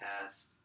past